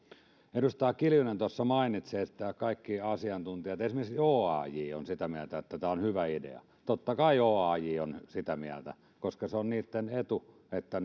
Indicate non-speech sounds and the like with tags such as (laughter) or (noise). edustaja kiljunen tuossa mainitsi että kaikki asiantuntijat esimerkiksi oaj on sitä mieltä että tämä on hyvä idea totta kai oaj on sitä mieltä koska se on niitten etu että (unintelligible)